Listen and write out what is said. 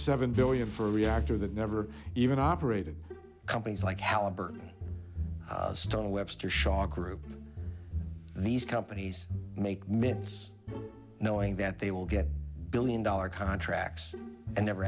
seven billion for a reactor that never even operated companies like halliburton stone webster shaw group these companies make mince knowing that they will get billion dollar contracts and never